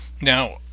Now